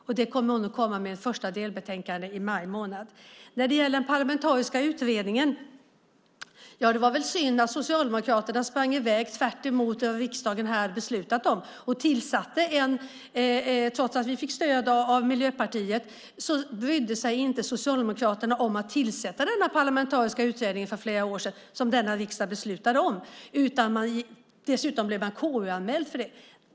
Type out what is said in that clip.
Hon kommer att komma med ett första delbetänkande i maj månad. När det gäller den parlamentariska utredningen var det väl synd att Socialdemokraterna sprang i väg tvärtemot vad riksdagen hade beslutat om. Trots att vi fick stöd av Miljöpartiet brydde sig inte Socialdemokraterna om att tillsätta den parlamentariska utredning som denna riksdag beslutade om för flera år sedan. Man blev KU-anmäld för detta.